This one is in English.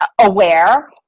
aware